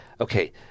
okay